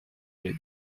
les